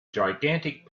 gigantic